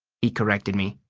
he corrected me.